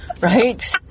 Right